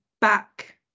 back